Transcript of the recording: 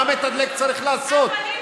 מה מתדלק צריך לעשות?